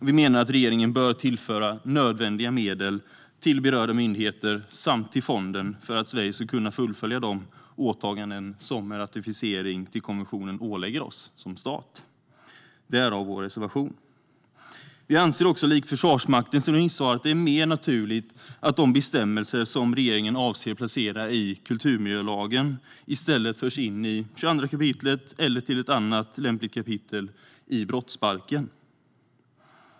Vi menar att regeringen bör tillföra nödvändiga medel till berörda myndigheter samt till fonden för att Sverige ska kunna fullfölja de åtaganden som en ratificering av konventionen ålägger oss som stat - därav vår reservation. Sverigedemokraterna anser också, likt Försvarsmaktens remissvar, att det är mer naturligt att de bestämmelser som regeringen avser att placera i kulturmiljölagen i stället förs in i 22 kap. eller i ett annat lämpligt kapitel i brottsbalken.